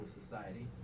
society